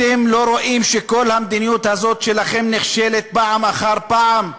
אתם לא רואים שכל המדיניות הזו שלכם נכשלת פעם אחר פעם,